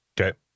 Okay